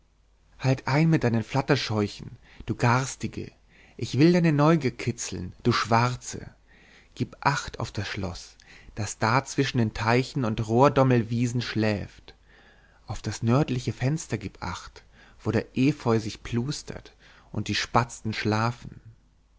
halt ein mit deinen flatterscheuchen du garstige ich will deine neugier kitzeln du schwarze gib acht auf das schloß das da zwischen den teichen und rohrdommelwiesen schläft auf das nördliche fenster gib acht wo der efeu sich plustert und die spatzen schlafen